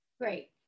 Great